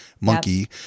monkey